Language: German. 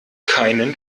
keinen